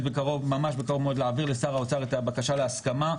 ממש בקרוב להעביר לשר האוצר את הבקשה להסכמה,